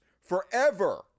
forever